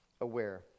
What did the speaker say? aware